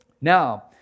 Now